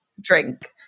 drink